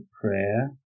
prayer